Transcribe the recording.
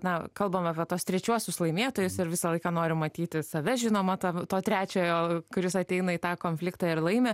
na kalbam apie tuos trečiuosius laimėtojus ir visą laiką norim matyti save žinoma tą to trečiojo kuris ateina į tą konfliktą ir laimi